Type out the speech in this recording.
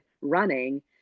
running